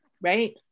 right